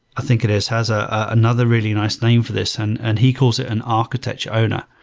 i think it is, has ah another really nice name for this, and and he calls it an architecture owner.